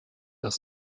als